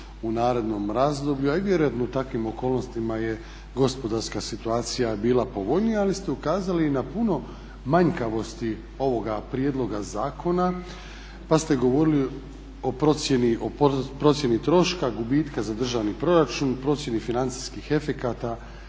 u narednom razdoblju a i vjerojatno u takvim okolnostima je gospodarska situacija bila povoljnija, ali ste ukazali i na puno manjkavosti ovoga prijedloga zakona pa ste govorili o procjeni, o procjeni troška, gubitka za državni proračun, o procjeni financijskih efekata,